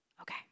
Okay